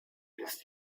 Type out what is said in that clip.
ist